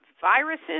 viruses